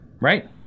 right